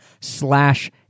slash